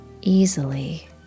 easily